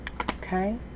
Okay